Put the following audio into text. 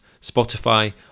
Spotify